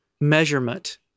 measurement